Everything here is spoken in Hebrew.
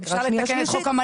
לקראת שנייה ושלישית.